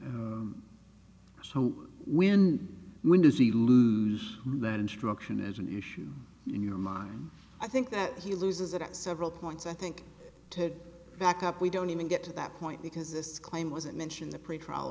how when when does he lose that instruction is an issue in your mind i think that he loses it at several points i think to back up we don't even get to that point because this claim wasn't mentioned the pretrial